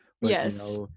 Yes